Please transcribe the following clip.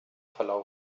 verlaufen